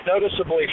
noticeably